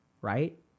right